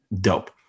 Dope